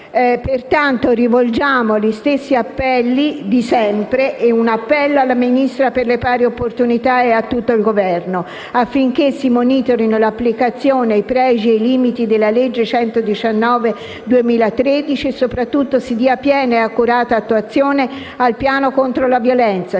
Pertanto, rivolgiamo gli stessi appelli di sempre e un appello alla Ministro per le pari opportunità e a tutto il Governo affinché si monitorino l'applicazione, i pregi e i limiti della legge n. 119 del 2013 e, soprattutto, si dia piena e accurata attuazione al piano contro la violenza.